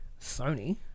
sony